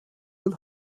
yıl